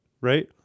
right